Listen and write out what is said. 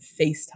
FaceTime